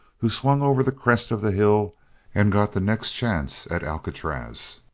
who swung over the crest of the hill and got the next chance at alcatraz.